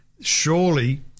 surely